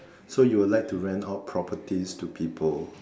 so you will like to rent out properties to people